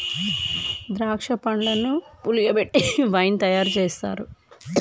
ద్రాక్ష పండ్లను పులియబెట్టి వైన్ తయారు చేస్తారు